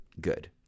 Good